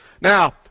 Now